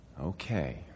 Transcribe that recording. Okay